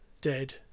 dead